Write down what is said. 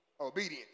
Obedience